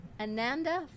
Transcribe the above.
Ananda